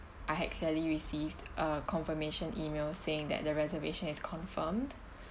I had clearly received a confirmation email saying that the reservation is confirmed